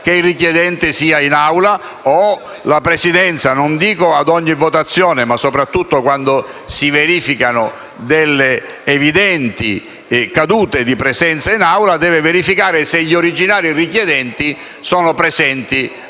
che il richiedente sia in Aula. Altrimenti la Presidenza, non dico ad ogni votazione, ma soprattutto quando si verifica un evidente calo di presenza in Aula, deve verificare se gli originali richiedenti sono presenti.